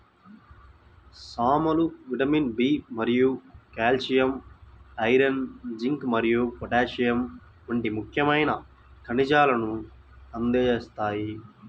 సామలు vitamin B మరియు calcium, iron, zinc మరియు పొటాషియం వంటి ముఖ్యమైన ఖనిజాలను అందిస్తాయి